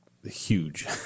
huge